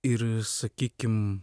ir sakykim